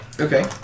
Okay